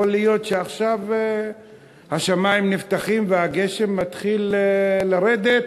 יכול להיות שעכשיו השמים נפתחים והגשם מתחיל לרדת,